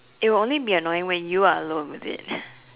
it will only be annoying when you are alone with it